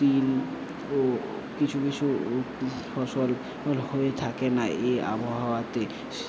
তিল ও কিছু কিছু ফসল হয়ে থাকে না এই আবহাওয়াতে